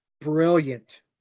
brilliant